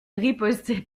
ripostait